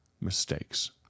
mistakes